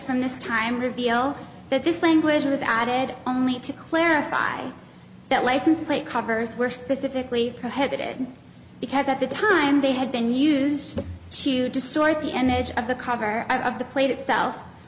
from this time reveal that this language was added only to clarify that license plate covers were specifically prohibited because at the time they had been used to destroy the image of the cover of the plate itself